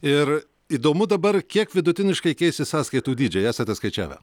ir įdomu dabar kiek vidutiniškai keisis sąskaitų dydžiai esate skaičiavę